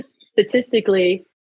statistically